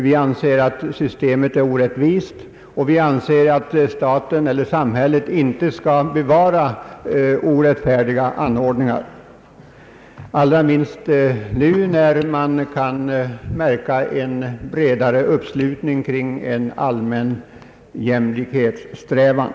Vi tycker att systemet är orättvist, och vi menar att staten och samhället inte bör bevara orättfärdiga anordningar, allra minst nu när man kan märka en bredare uppslutning kring en allmän jämlikhetssträvan.